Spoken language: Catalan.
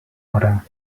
hora